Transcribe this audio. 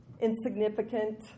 insignificant